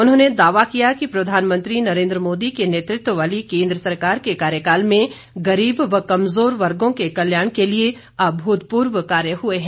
उन्होंने दावा किया कि प्रधानमंत्री नरेन्द्र मोदी के नेतृत्व वाली केन्द्र सरकार के कार्यकाल में गरीब व कमजोर वर्गों के कल्याण के लिए अभूतपूर्व कार्य हुए हैं